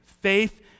Faith